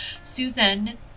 Susan